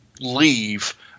leave